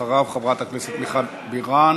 אחריו, חברת הכנסת מיכל בירן